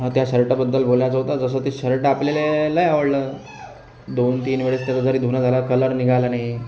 हा त्या शर्टाबद्दल बोलायचं होतं जसं ते शर्ट आपल्याला लई आवडलं दोन तीन वेळेस त्याचं जरी धुणं झालं कलर निघाला नाही